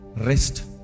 Rest